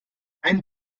ein